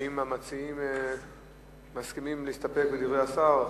האם המציעים מסכימים להסתפק בדברי השר?